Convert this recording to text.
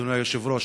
אדוני היושב-ראש,